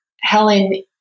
Helen